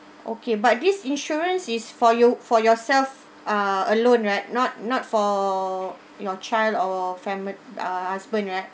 okay but this insurance is for you for yourself uh alone right not not for your child or fami~ uh husband right